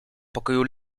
pokoju